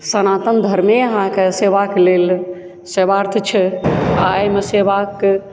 सनातन धर्मे अहाँके सेवाके लेल सेवार्थ छै आओर एहिमे सेवाके